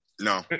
No